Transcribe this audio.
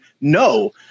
No